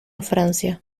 francia